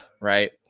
right